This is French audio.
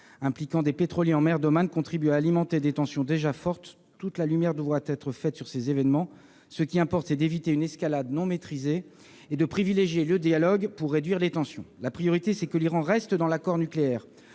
impliquant des pétroliers en mer d'Oman contribuent à alimenter des tensions déjà fortes ; toute la lumière doit être faite sur ces événements. Il importe d'éviter une escalade non maîtrisée et de privilégier le dialogue pour réduire les tensions. La priorité est que l'Iran reste partie à l'accord sur